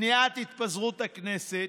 מניעת התפזרות הכנסת,